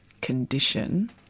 condition